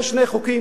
יש שני חוקים